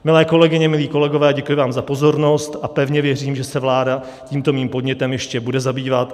Milé kolegyně, milí kolegové, děkuji vám za pozornost a pevně věřím, že se vláda tímto mým podnětem ještě bude zabývat.